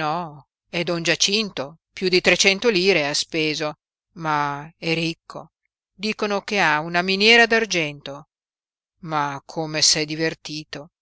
no è don giacinto piú di trecento lire ha speso ma è ricco dicono che ha una miniera d'argento ma come s'è divertito